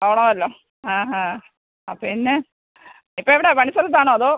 പോണവല്ലോ ആ ആ ആ പിന്നെ ഇപ്പോൾ എവിടാണ് പണി സ്ഥലത്താണോ അതോ